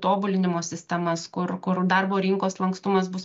tobulinimo sistemas kur kur darbo rinkos lankstumas bus